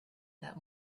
that